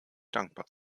dankbar